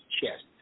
chest